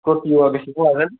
स्करपिय'आ बेसेबां लागोन